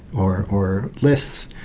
or or lists,